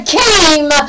came